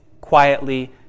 quietly